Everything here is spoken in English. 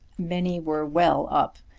many were well up.